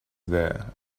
there